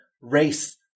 race